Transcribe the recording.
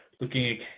Looking